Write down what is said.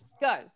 go